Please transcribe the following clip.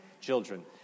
children